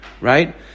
right